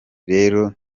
rero